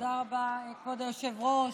תודה רבה, כבוד היושב-ראש.